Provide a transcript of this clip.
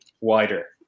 wider